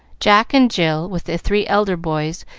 jack and jill, with the three elder boys,